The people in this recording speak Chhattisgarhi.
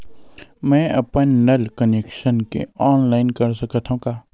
मैं अपन नल कनेक्शन के ऑनलाइन कर सकथव का?